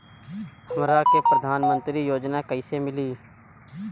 हमरा के प्रधानमंत्री योजना कईसे मिली?